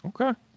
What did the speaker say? Okay